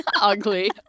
ugly